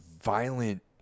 violent